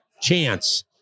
chance